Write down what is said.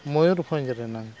ᱢᱚᱭᱩᱨᱵᱷᱚᱧᱡᱽ ᱨᱮᱱᱟᱜ